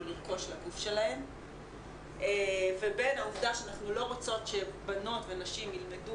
לרכוש לגוף שלהן ובין העובדה שאנחנו לא רוצות שבנות ונשים ילמדו